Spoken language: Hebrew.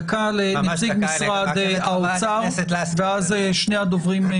דקה לנציג משרד האוצר, ואז שלושת הדוברים הנוספים.